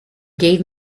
gave